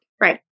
Right